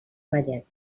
ballet